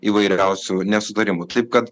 įvairiausių nesutarimų taip kad